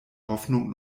hoffnung